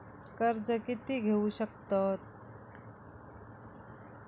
कर्ज कीती घेऊ शकतत?